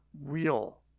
real